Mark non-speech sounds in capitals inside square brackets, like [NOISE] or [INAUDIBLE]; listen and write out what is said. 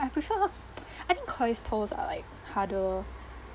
I prefer [NOISE] I think KOI's pearls are like harder